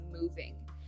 moving